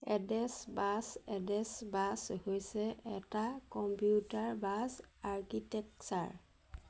address bus address bus হৈছে এটা computer bus architecture